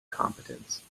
competence